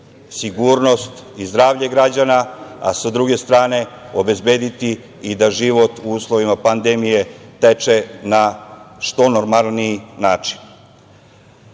sigurnost i zdravlje građana, a sa druge strane obezbediti i da život, u uslovima pandemije, teče na što normalniji način. Kao